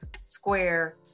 square